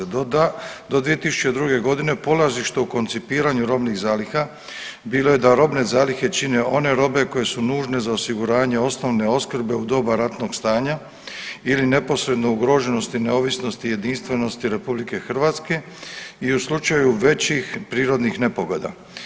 Do 2002. g. polazište u koncipiranju robnih zaliha bilo je da robne zalihe čine one robe koje su nužne za osiguranje osnovne opskrbe u doba ratnog stanja ili neposredne ugroženosti i neovisnosti jedinstvenosti RH i u slučaju većih prirodnih nepogoda.